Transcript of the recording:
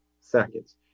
seconds